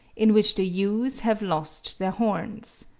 in which the ewes have lost their horns.